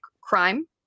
crime